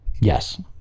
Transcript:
Yes